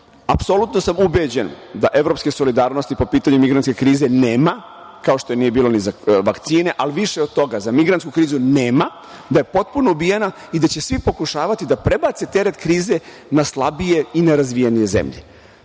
Apsolutno sam ubeđen da evropske solidarnosti po pitanju migrantske krize nema, kao što je nije bilo ni za vakcine, ali više od toga za migrantsku krizu nema, da je potpuno ubijena i da će svi pokušavati da prebace teret krize na slabije i nerazvijenije zemlje.